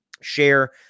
share